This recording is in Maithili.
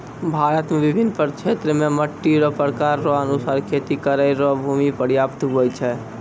भारत मे बिभिन्न क्षेत्र मे मट्टी रो प्रकार रो अनुसार खेती करै रो भूमी प्रयाप्त हुवै छै